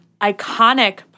iconic